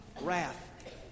wrath